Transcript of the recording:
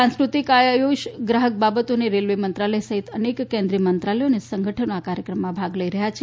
સાંસ્કૃતિક આયુષ ગ્રાહક બાબતો અને રેલ્વે મંત્રાલય સહિત અનેક કેન્રીતેય મંત્રાલય અને સંગઠનો આ કાર્યક્મમાં ભાગ લઈ રહ્યા છે